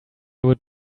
would